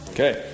Okay